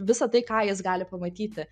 visa tai ką jis gali pamatyti